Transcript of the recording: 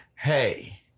Hey